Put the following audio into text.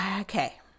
okay